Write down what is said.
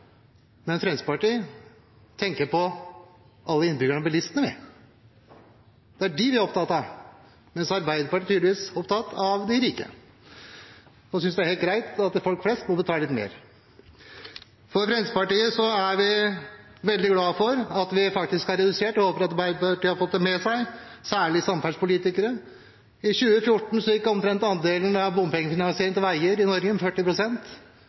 Men jeg har vel hørt – mellom linjene – at Arbeiderpartiet ikke har råd til bompengekutt. Fremskrittspartiet tenker på alle innbyggerne og bilistene, det er dem vi er opptatt av, mens Arbeiderpartiet tydeligvis er opptatt av de rike, og man synes det er helt greit at folk flest må betale litt mer. Fremskrittspartiet er veldig glad for at vi faktisk har redusert bruken av bompenger, og jeg håper at Arbeiderpartiet har fått det med seg, særlig samferdselspolitikerne. I 2014 var andelen av